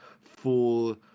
full